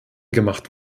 gemacht